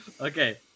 Okay